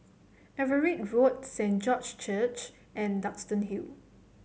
Everitt Road Saint George Church and Duxton Hill